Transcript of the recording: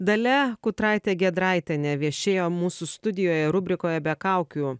dalia kutraitė giedraitienė viešėjo mūsų studijoje rubrikoje be kaukių